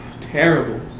terrible